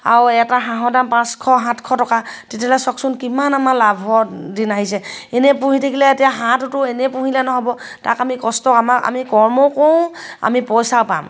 আৰু এটা হাঁহৰ দাম পাঁচশ সাতশ টকা তেতিয়াহ'লে চাওকচোন কিমান আমাৰ লাভৰ দিন আহিছে এনেই পুহি থাকিলে এতিয়া হাঁহটোতো এনেই পুহিলে নহ'ব তাক আমি কষ্ট আমাৰ আমি কৰ্মও কৰোঁ আমি পইচাও পাম